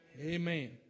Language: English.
amen